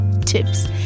Tips